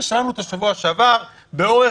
שמענו אותה בשבוע שעבר באריכות,